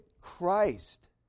Christ